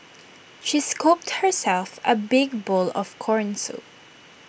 she scooped herself A big bowl of Corn Soup